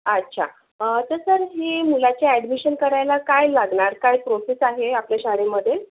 अच्छा तर सर हे मुलाच्या ॲडमिशन करायला काय लागणार काय प्रोसेस आहे आपल्या शाळेमध्ये